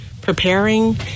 preparing